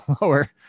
lower